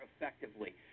effectively